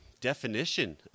definition